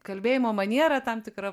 kalbėjimo maniera tam tikra